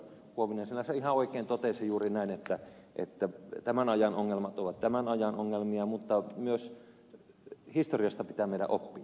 huovinen sinänsä ihan oikein totesi juuri näin että tämän ajan ongelmat ovat tämän ajan ongelmia mutta myös historiasta pitää meidän oppia